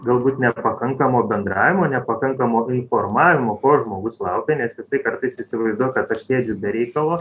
galbūt nepakankamo bendravimo nepakankamo informavimo ko žmogus laukia nes jisai kartais įsivaizduoja kad aš sėdžiu be reikalo